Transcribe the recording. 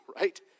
right